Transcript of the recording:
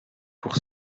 pour